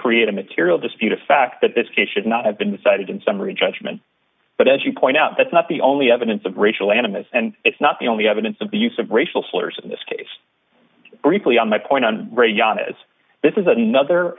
create a material dispute a fact that this case should not have been decided in summary judgment but as you point out that's not the only evidence of racial animus and it's not the only evidence of the use of racial slurs in this case briefly on my point on rayyan is this is another